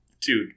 Dude